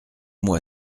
moi